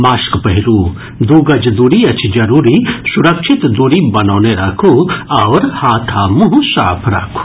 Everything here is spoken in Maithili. मास्क पहिरू दू गज दूरी अछि जरूरी सुरक्षित दूरी बनौने राखू आओर हाथ आ मुंह साफ राखू